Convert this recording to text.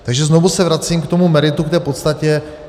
Takže znovu se vracím k tomu meritu, k té podstatě.